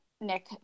Nick